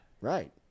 Right